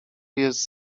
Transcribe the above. jest